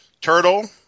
Turtle